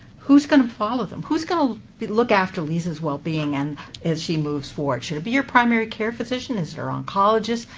who's going to follow them? who's going um to look after liza's well-being and as she moves forward? should it be her primary care physician? is it her oncologist?